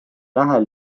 lähe